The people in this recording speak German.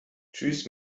tschüss